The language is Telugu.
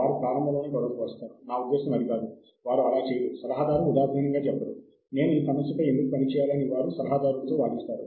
వారు ప్రపంచంలోని పత్రిక ప్రచురణలలో ఎక్కువ భాగాన్ని కలిగి ఉంటారు